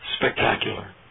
spectacular